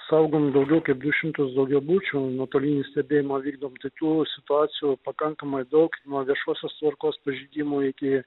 saugom daugiau kaip du šimtus daugiabučių nuotolinį stebėjimą vykdom tai tų situacijų pakankamai daug nuo viešosios tvarkos pažeidimų iki